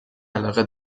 علاقه